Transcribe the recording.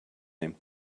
name